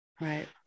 Right